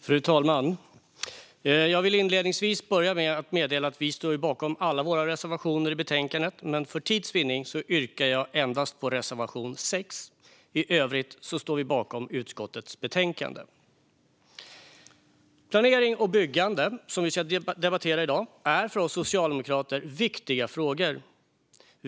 Fru talman! Jag vill inledningsvis meddela att vi står bakom alla våra reservationer i betänkandet, men för tids vinnande yrkar jag bifall endast till reservation 6. I övrigt står vi bakom utskottets förslag i betänkandet. Planering och byggande, som vi ska debattera i dag, är för oss socialdemokrater viktiga frågor.